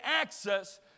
access